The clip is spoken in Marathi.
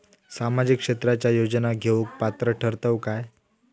सामाजिक क्षेत्राच्या योजना घेवुक पात्र ठरतव काय?